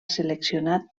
seleccionat